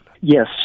Yes